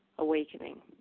Awakening